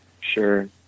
Sure